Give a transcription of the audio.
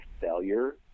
failure